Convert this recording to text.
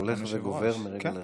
הולך וגובר מרגע לרגע.